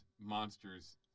monsters